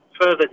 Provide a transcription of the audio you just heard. further